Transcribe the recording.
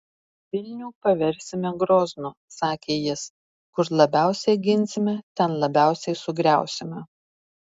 vilnių paversime groznu sakė jis kur labiausiai ginsime ten labiausiai sugriausime